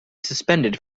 suspended